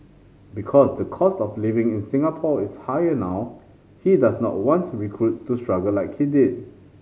because the cost of living in Singapore is higher now he does not want to recruits to struggle like he did